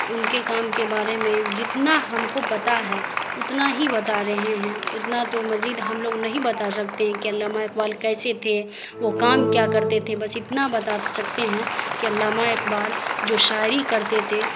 ان کے کام کے بارے میں جتنا ہم کو پتہ ہے اتنا ہی بتا رہے ہیں اتنا تو مزید ہم لوگ نہیں بتا سکتے ہیں کہ علامہ اقبال کیسے تھے وہ کام کیا کرتے تھے بس اتنا بتا سکتے ہیں کہ علامہ اقبال جو شاعری کرتے تھے